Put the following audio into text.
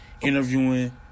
interviewing